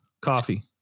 coffee